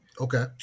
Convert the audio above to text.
Okay